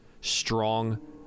strong